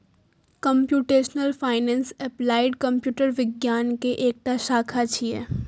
computational finance applied computer विज्ञान के एकटा शाखा छियै